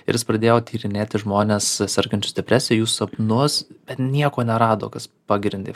ir jis pradėjo tyrinėti žmones sergančius depresija jų sapnus bet nieko nerado kas pagrindė